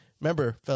Remember